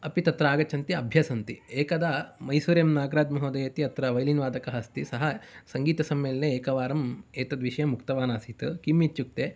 अपि तत्र आगच्छन्ति अभ्यसन्ति एकदा मैसूरु एम् नागराज्महोदय इत्यत्र वैलिन् वादकः अस्ति सः सङ्गीतसम्मेलने एकवारं एतद्विषयम् उक्तवान् आसीत् किं इत्युक्ते